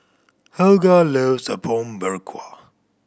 Helga loves Apom Berkuah